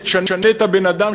שתשנה את הבן-אדם,